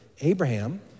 Abraham